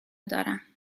دارم